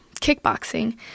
kickboxing